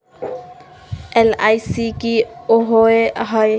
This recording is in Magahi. एल.आई.सी की होअ हई?